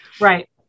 Right